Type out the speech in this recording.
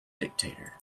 dictator